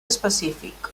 específic